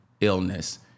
illness